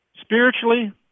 spiritually